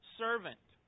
servant